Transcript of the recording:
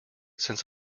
sense